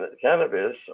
cannabis